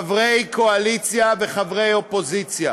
יש בינינו אמון, חברי קואליציה וחברי אופוזיציה.